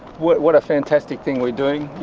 what what a fantastic thing we're doing', you